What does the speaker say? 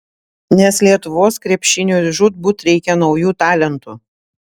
nes lietuvos krepšiniui žūtbūt reikia naujų talentų